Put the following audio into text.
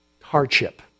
Hardship